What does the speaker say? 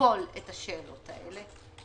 לשקול את השאלות האלה.